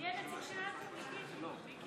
מי הנציג שלנו, מיקי?